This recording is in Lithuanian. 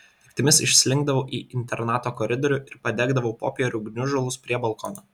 naktimis išslinkdavau į internato koridorių ir padegdavau popierių gniužulus prie balkono